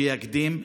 שיקדים.